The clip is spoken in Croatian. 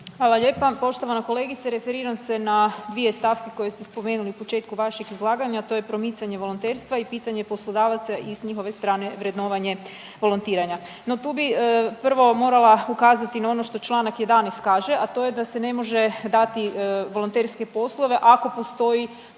Hvala lijepa. Poštovana kolegice, referiram se na dvije stavke koje ste spomenuli na početku vašeg izlaganja, a to je promicanje volonterstva i pitanje poslodavaca i s njihove strane vrednovanje volontiranja. No tu bi prvo morala ukazati na ono što čl. 11. kaže, a to je da se ne može dati volonterske poslove ako postoji